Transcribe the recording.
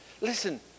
Listen